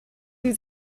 die